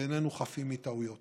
ואיננו חפים מטעויות